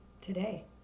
today